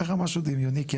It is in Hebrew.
ככה משהו דמיוני,